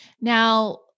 Now